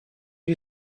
you